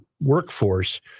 workforce